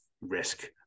risk